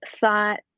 thought